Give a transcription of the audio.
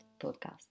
Podcast